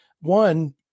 one